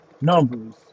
numbers